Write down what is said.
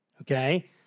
Okay